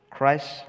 Christ